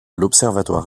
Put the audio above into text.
l’observatoire